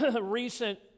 recent